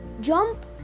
Jump